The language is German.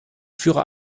führer